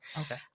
Okay